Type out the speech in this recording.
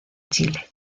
chile